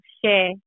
share